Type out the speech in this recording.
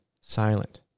silent